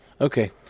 Okay